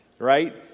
right